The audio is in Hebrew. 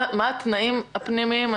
מה התנאים הפנימיים?